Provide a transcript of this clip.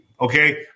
okay